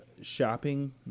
shopping